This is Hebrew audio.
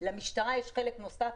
למשטרה יש חלק נוסף,